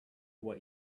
what